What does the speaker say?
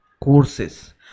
courses